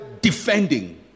defending